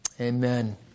Amen